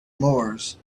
moors